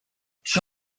she